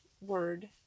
word